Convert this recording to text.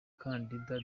kandida